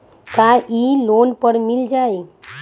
का इ लोन पर मिल जाइ?